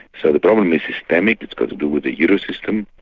so the problem is systemic, it's got to do with the euro system,